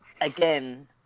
again